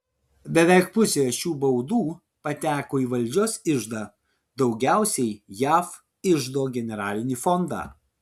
beveik pusė šių baudų pateko į valdžios iždą daugiausiai jav iždo generalinį fondą